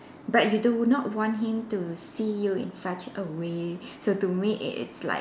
but you do not want him to see you in such a way so to me it is like